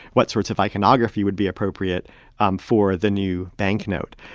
what sorts of iconography would be appropriate um for the new banknote.